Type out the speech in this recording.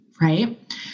right